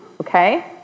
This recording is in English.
okay